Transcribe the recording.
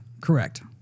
Correct